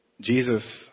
Jesus